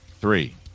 three